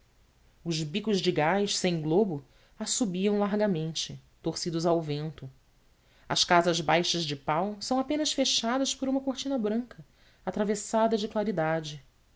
os bicos de gás sem globo assobiam largamente torcidos ao vento as casas baixas de pau são apenas fechadas por uma cortina branca atravessada de claridade